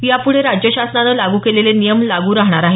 यापुढे राज्य शासनाने लागू केलेले नियम लागू राहणार आहेत